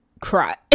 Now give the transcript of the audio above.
cry